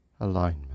Alignment